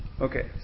Okay